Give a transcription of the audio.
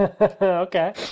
okay